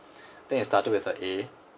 I think it started with an A